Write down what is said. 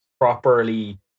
properly